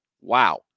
Wow